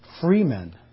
freemen